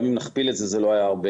גם אם נכפיל את זה זה לא היה הרבה.